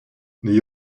n’ayez